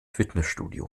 fitnessstudio